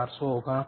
4 0